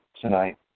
tonight